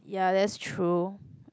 ya that's true